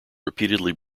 repeatedly